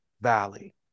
valley